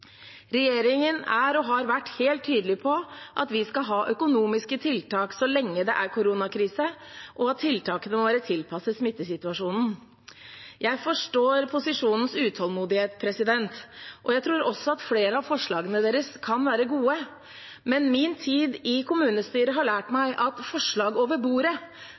Regjeringen er og har vært helt tydelig på at vi skal ha økonomiske tiltak så lenge det er koronakrise, og at tiltakene må være tilpasset smittesituasjonen. Jeg forstår opposisjonens utålmodighet, og jeg tror også at flere av forslagene deres kan være gode, men min tid i kommunestyret har lært meg at «forslag over bordet»,